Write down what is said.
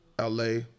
la